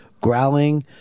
growling